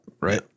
Right